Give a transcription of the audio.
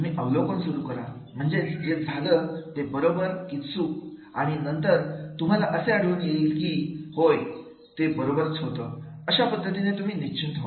तुम्ही अवलोकन सुरु करा म्हणजेच जे झालं ते बरोबर की चूक आणि नंतर तुम्हाला असे आढळून येईल की होय ते बरोबरच होतं अशा पद्धतीने तुम्ही निश्चिंत व्हाल